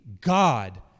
God